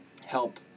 help